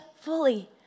fully